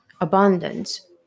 abundance